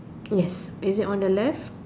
yes is it on the left